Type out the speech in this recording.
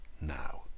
now